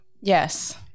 yes